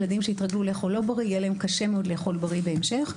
ילדים שהתרגלו לאכול לא בריא יהיה להם קשה מאוד לאכול בריא בהמשך,